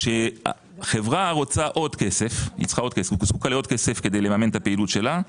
כשחברה צריכה עוד כסף כדי לממן את פעילותה,